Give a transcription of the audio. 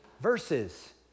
verses